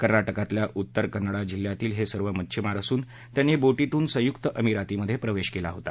कर्ना क्रातल्या उत्तर कन्नडा जिल्ह्यातील हे सर्व मच्छिमार असून त्यांनी बोरींतून संयुक्त अमिरातीमधे प्रवेश केला होता